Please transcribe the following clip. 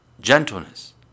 gentleness